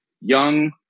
young